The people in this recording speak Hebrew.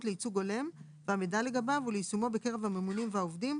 לייצוג הולם והמידע לגביו וליישומו בקרב הממונים והעובדים,